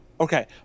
Okay